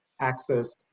access